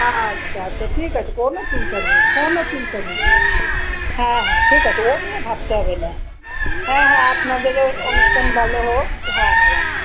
আচ্ছা আচ্ছা ঠিক আছে কোনো চিন্তা নেই কোনো চিন্তা নেই হ্যাঁ হ্যাঁ ঠিক আছে ও নিয়ে ভাবতে হবে না হ্যাঁ হ্যাঁ আপনাদেরও অনুষ্ঠান ভালো হোক হ্যাঁ হ্যাঁ রাখুন